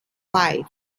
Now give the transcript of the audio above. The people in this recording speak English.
wife